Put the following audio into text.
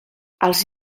els